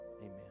amen